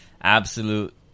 absolute